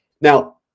Now